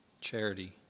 charity